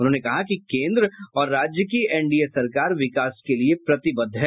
उन्होंने कहा कि केंद्र और राज्य की एनडीए सरकार विकास के लिये प्रतिबद्ध है